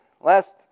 last